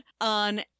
on